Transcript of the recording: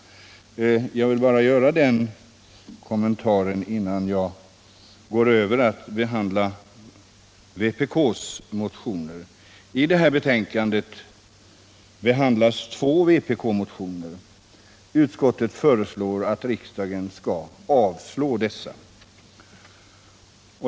Jag ville bara göra den kommentaren innan jag nu går över till att behandla vpk:s motioner. I arbetsmarknadsutskottets betänkande nr 5 behandlas två vpk-motioner. Utskottet föreslår att riksdagen skall avslå dessa.